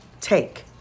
take